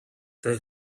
they